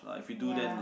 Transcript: ya